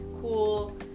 cool